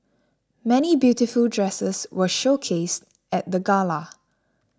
many beautiful dresses were showcased at the gala